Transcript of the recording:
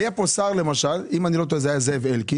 היה פה שר אם אני לא טועה זה היה זאב אלקין,